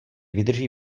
vydrží